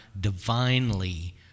divinely